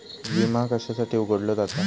विमा कशासाठी उघडलो जाता?